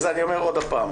אני אומר שוב.